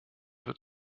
wird